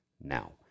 now